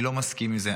אני לא מסכים עם זה.